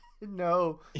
No